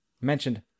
mentioned